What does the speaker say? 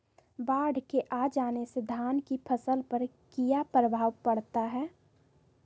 बाढ़ के आ जाने से धान की फसल पर किया प्रभाव पड़ता है?